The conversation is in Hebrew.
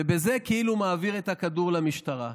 ובזה כאילו מעביר את הכדור למשטרה.